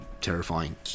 terrifying